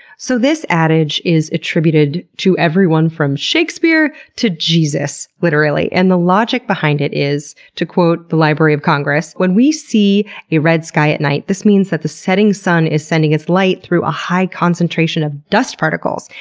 so this adage is attributed to everyone from shakespeare to jesus, literally. and the logic behind it is, to quote the library of congress when we see a red sky at night, this means that the setting sun is sending its light through a high concentration of dust particles,